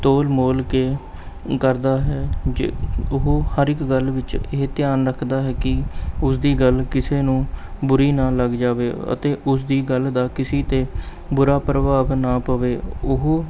ਤੋਲ ਮੋਲ ਕੇ ਕਰਦਾ ਹੈ ਜੇ ਉਹ ਹਰ ਇੱਕ ਗੱਲ ਵਿੱਚ ਇਹ ਧਿਆਨ ਰੱਖਦਾ ਹੈ ਕਿ ਉਸਦੀ ਗੱਲ ਕਿਸੇ ਨੂੰ ਬੁਰੀ ਨਾ ਲੱਗ ਜਾਵੇ ਅਤੇ ਉਸਦੀ ਗੱਲ ਦਾ ਕਿਸੇ 'ਤੇ ਬੁਰਾ ਪ੍ਰਭਾਵ ਨਾ ਪਵੇ ਉਹ